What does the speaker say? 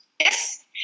Yes